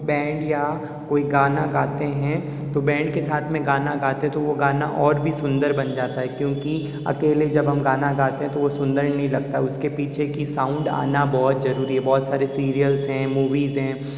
band या कोई गाना गाते हैं तो बैंड के साथ में गाना गाते तो वो गाना और भी सुन्दर बन जाता है क्योंकि अकेले जब हम गाना गाते हैं तो वो सुन्दर ही नहीं लगता उसके पीछे की साउंड आना बहुत जरूरी है बहुत सारे सिरीयल्स हैं मूवीज़ हैं